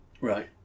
Right